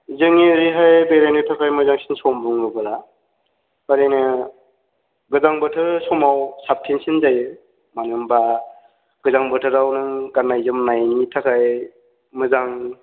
जोंनि ओरैहाय बेरायनो थाखाय मोजांसिन सम बुङोब्ला ओरैनो गोजां बोथोर समाव साबसिनसिन जायो मानो होनबा गोजां बोथोराव नों गाननाय जोमनायनि थाखाय मोजां